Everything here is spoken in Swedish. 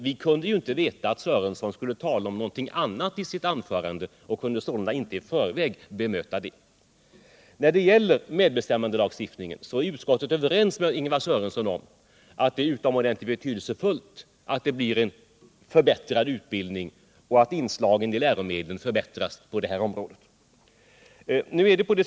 Vi kunde ju inte veta att herr Sörenson skulle tala om någonting annat i sitt anförande och kunde således inte i förväg bemöta detta. När det gäller medbestämmandelagstiftningen är utskottet överens med Lars-Ingvar Sörenson om att det är utomordentligt betydelsefullt att det blir en förbättrad utbildning och att inslagen i läromedlen förbättras på det här området.